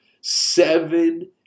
seven